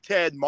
Ted